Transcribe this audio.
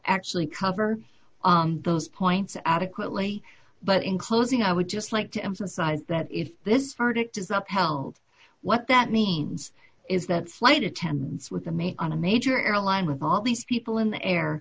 actually cover those points adequately but in closing i would just like to emphasize that if this verdict is up held what that means is that flight attendants with the make on a major airline with all these people in the air